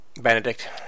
Benedict